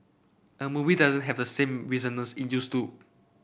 a movie doesn't have the same resonance it used to